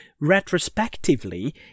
retrospectively